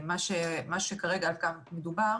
מה שכרגע מדובר